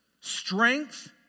strength